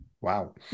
Wow